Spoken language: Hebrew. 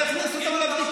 לא כך נוהגים,